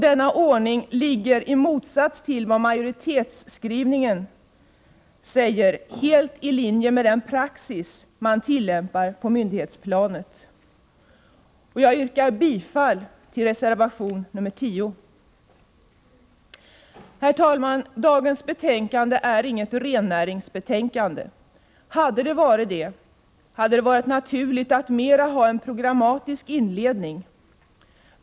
Denna ordning ligger, i motsats till vad majoriteten påstår, helt i linje med den praxis som tillämpas på myndighetsplanet. Jag yrkar bifall till reservation 10. Herr talman! Dagens betänkande är inget rennäringsbetänkande. Hade det varit det, så hade det varit naturligt att ha en mera programmatisk inledning.